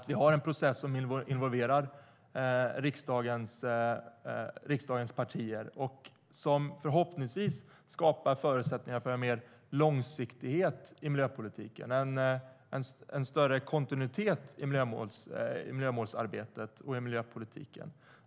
Vi har en process som involverar riksdagens partier och förhoppningsvis skapar förutsättningar för mer långsiktighet i miljöpolitiken - en större kontinuitet i miljömålsarbetet och miljöpolitiken.